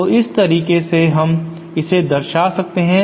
तो इस तरीके से हम इसे दर्शा सकते हैं